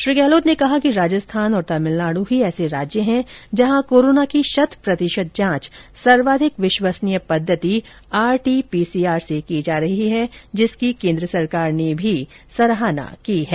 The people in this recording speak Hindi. श्री गहलोत ने कहा कि राजस्थान और तमिलनाडु ही ऐसे राज्य हैं जहां कोरोना की शत प्रतिशत जांच सर्वाधिक विश्वसनीय पद्धति आरटीपीसीआर से की जा रही हैं जिसकी केन्द्र सरकार ने भी सराहना की है